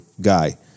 guy